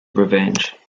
revenge